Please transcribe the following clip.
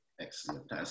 Excellent